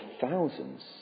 thousands